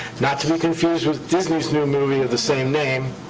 not to be confused with disney's new movie of the same name,